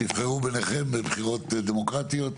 תבחרו בניכם מי ידבר בבחירות דמוקרטיות,